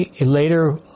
Later